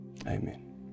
Amen